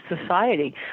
society